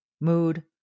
mood